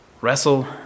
wrestle